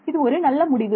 இது ஒரு நல்ல முடிவு